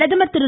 பிரதமர் திரு